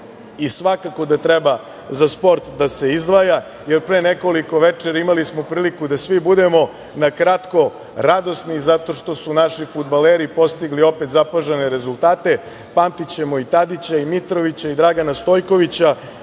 svakako da treba za sport da se izdvaja, jer smo pre nekoliko večeri imali priliku da svi budemo na kratko radosni zato što su naši fudbaleri postigli opet zapažene rezultate. Pamtićemo i Tadića i Mitrovića i Dragana Stojkovića